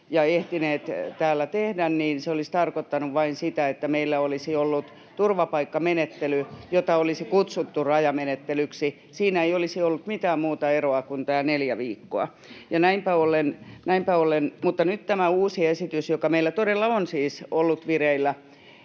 ja ehtineet täällä tehdä, niin se olisi tarkoittanut vain sitä, että meillä olisi ollut turvapaikkamenettely, jota olisi kutsuttu rajamenettelyksi. Siinä ei olisi ollut mitään muuta eroa kuin tämä neljä viikkoa. Mutta nyt tämä uusi esitys, joka meillä todella on siis ollut vireillä